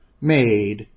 made